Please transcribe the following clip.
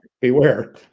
beware